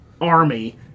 army